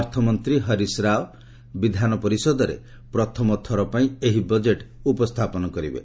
ଅର୍ଥମନ୍ତ୍ରୀ ହରିଶ ରାଓ ବିଧାନପରିଷଦରେ ପ୍ରଥମଥର ପାଇଁ ଏହି ବଜେଟ୍ ଉପସ୍ଥାପନ କରିବେ